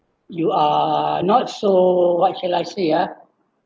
you are not so what should I say ah